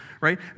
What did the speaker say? right